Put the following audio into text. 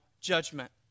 judgment